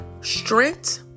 strength